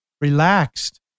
Relaxed